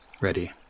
Ready